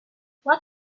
what